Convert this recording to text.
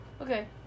Okay